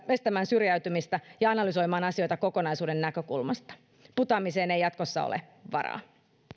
estämään syrjäytymistä ja analysoimaan asioita kokonaisuuden näkökulmasta putoamiseen ei jatkossa ole varaa